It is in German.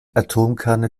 atomkerne